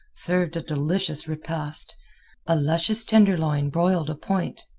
served a delicious repast a luscious tenderloin broiled a point.